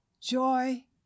joy